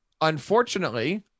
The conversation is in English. Unfortunately